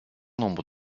nombre